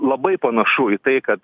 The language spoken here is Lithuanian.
labai panašu į tai kad